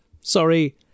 sorry